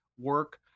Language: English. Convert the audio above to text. work